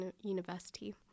university